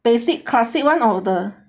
basic classic [one] or the